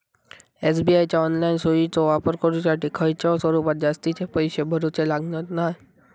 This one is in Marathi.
एस.बी.आय च्या ऑनलाईन सोयीचो वापर करुच्यासाठी खयच्याय स्वरूपात जास्तीचे पैशे भरूचे लागणत नाय